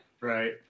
right